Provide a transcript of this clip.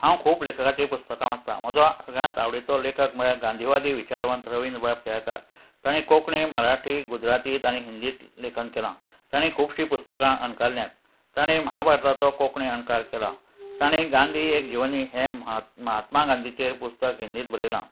हांव खूब लेखकाची पुस्तकां वाचतां म्हजो सगळ्यांत आवडीचो लेखक म्हळ्यार गांधीवादी विचारवंत रविंद्रबाब केळेकार तांणी कोंकणी मराठी गुजरातींत आनी हिंदींत लेखन केलां तांणी खुबशीं पुस्तकां अणकारल्यात ताणें महाभारताचो कोंकणी अणकार केला तांणी गांधी एक जिवनी हे म महात्मा गांधीचेर पुस्तक हिंदींत बरयला